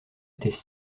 étaient